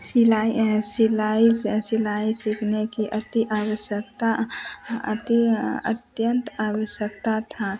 सिलाई सिलाई सिलाई सीखने की अति आवश्यकता हाँ अति अत्यन्त आवश्यकता थी